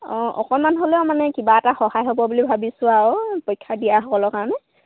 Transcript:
অঁ অকণমান হ'লেও মানে কিবা এটা সহায় হ'ব বুলি ভাবিছোঁ আৰু পৰীক্ষা দিয়া সকলৰ কাৰণে